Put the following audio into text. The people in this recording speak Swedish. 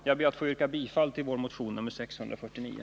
Jag ber att få yrka bifall till vår motion nr 649.